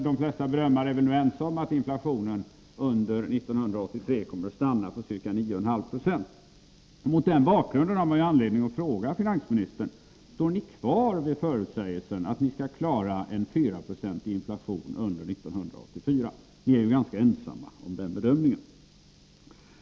De flesta bedömare är väl nu ense om att inflationen under 1983 kommer att stanna vid ungefär 9,5 90. Mot den bakgrunden har man ju anledning att fråga finansministern: Står ni kvar vid förutsägelserna att ni skall klara en 4-procentig inflation under 1984? Ni är ju ganska ensamma om den bedömningen.